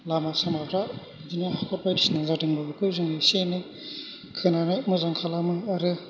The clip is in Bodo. लामा सामाफ्रा बिदिनो हाखर बायदिसिना जादोंमोन बेफोरखौ एसे एनै खोनानै मोजां खालामो आरो